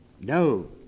No